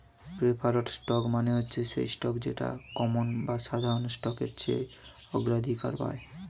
preferred stock মানে হচ্ছে সেই স্টক যেটা কমন বা সাধারণ স্টকের চেয়ে অগ্রাধিকার পায়